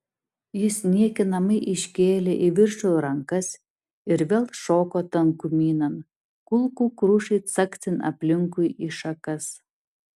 jis niekinamai iškėlė į viršų rankas ir vėl šoko tankumynan kulkų krušai caksint aplinkui į šakas